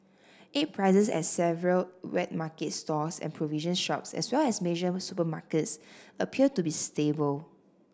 egg prices at several wet market stalls and provision shops as well as major supermarkets appear to be stable